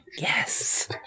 Yes